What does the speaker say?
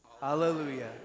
Hallelujah